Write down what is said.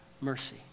mercy